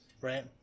Right